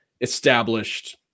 established